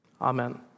Amen